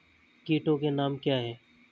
कीटों के नाम क्या हैं?